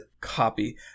Copy